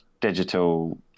digital